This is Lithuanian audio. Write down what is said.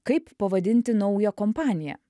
kaip pavadinti naują kompaniją